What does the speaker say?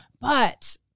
But-